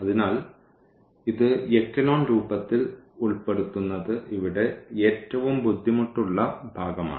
അതിനാൽ ഇത് എക്കലോൺ രൂപത്തിൽ ഉൾപ്പെടുത്തുന്നത് ഇവിടെ ഏറ്റവും ബുദ്ധിമുട്ടുള്ള ഭാഗമാണ്